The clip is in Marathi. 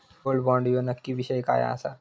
गोल्ड बॉण्ड ह्यो नक्की विषय काय आसा?